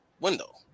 window